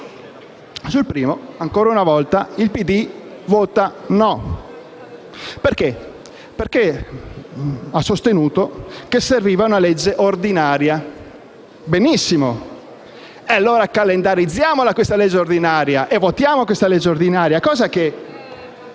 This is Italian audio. Sul primo, ancora una volta, il PD vota no perché ha sostenuto che serviva una legge ordinaria. Benissimo, allora calendarizziamola questa legge ordinaria e votiamola, cosa che